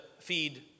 feed